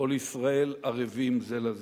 "כל ישראל ערבים זה לזה".